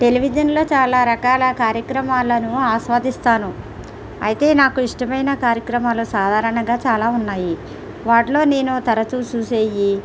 టెలివిజన్లో చాలా రకాల కార్యక్రమాలను ఆస్వాదిస్తాను అయితే నాకు ఇష్టమైన కార్యక్రమాలు సాధారణంగా చాలా ఉన్నాయి వాటిలో నేను తరచు చూసేవి